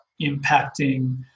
impacting